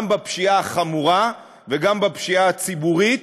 גם בפשיעה החמורה וגם בפשיעה הציבורית.